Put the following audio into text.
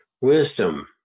Wisdom